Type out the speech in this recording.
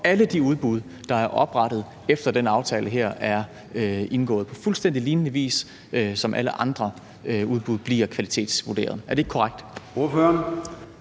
alle de udbud, der er oprettet, efter at den her aftale er indgået, altså at det foregår på fuldstændig lignende vis, som alle andre udbud bliver kvalitetsvurderet på. Er det ikke korrekt?